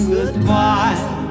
Goodbye